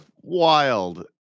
wild